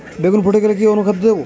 বেগুন ফেটে গেলে কি অনুখাদ্য দেবো?